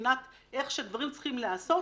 מבחינת איך הדברים צריכים להיעשות,